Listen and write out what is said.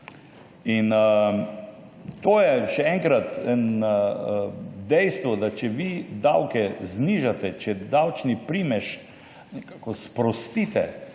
To, še enkrat, je dejstvo, če vi davke znižate, če davčni primež nekako sprostite,